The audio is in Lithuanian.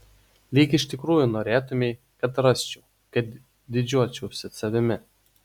lyg iš tikrųjų norėtumei kad rasčiau kad didžiuočiausi savimi